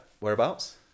Whereabouts